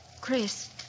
Chris